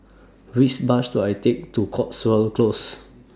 Which Bus should I Take to Cotswold Close